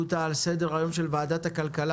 אותה ממש ראשונה על סדר היום של ועדת הכלכלה